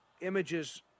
images